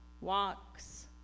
Walks